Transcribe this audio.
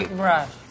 brush